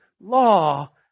law